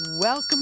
Welcome